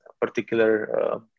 particular